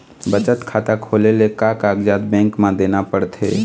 बचत खाता खोले ले का कागजात बैंक म देना पड़थे?